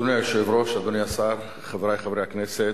אדוני היושב-ראש, אדוני השר, חברי חברי הכנסת,